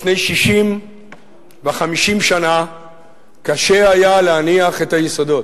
לפני 60 ו-50 שנה קשה היה להניח את היסודות,